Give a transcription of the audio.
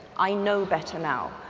i know better now,